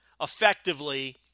effectively